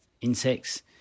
Insects